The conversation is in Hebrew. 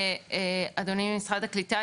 אדוני ממשרד הקליטה,